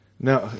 No